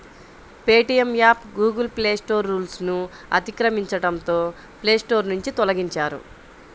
Paytm app Google Play Store రూల్స్ను అతిక్రమించడంతో Play Store నుంచి తొలగించారు